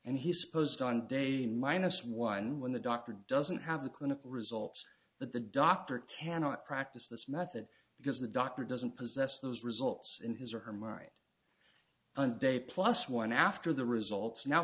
and he supposed one day minus one when the doctor doesn't have the clinical results but the doctor cannot practice this method because the doctor doesn't possess those results in his or her memory and day plus one after the results now